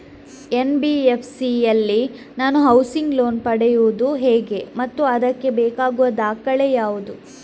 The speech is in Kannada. ಎನ್.ಬಿ.ಎಫ್.ಸಿ ಯಲ್ಲಿ ನಾನು ಹೌಸಿಂಗ್ ಲೋನ್ ಪಡೆಯುದು ಹೇಗೆ ಮತ್ತು ಅದಕ್ಕೆ ಬೇಕಾಗುವ ದಾಖಲೆ ಯಾವುದು?